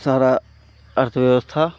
सारा अर्थव्यवस्था